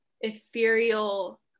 ethereal